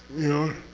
you know?